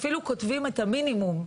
ואפילו כותבים את המינימום.